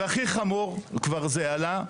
והכי חמור זה כבר עלה,